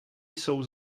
jsou